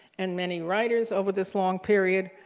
and many writers over this long period,